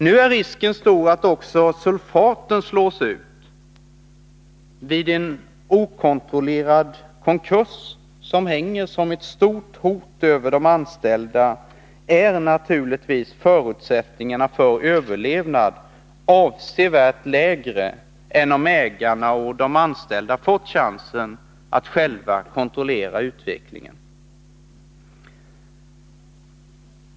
Nu är risken stor att också sulfaten slås ut. Vid en okontrollerad konkurs, som hänger som ett stort hot över de anställda, är naturligtvis förutsättningarna för överlevnad avsevärt lägre än om ägarna och de anställda fått chansen att själva kontrollera utvecklingen.